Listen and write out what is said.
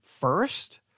first